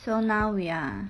so now we are